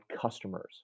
customers